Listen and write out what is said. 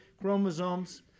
chromosomes